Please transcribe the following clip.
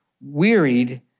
wearied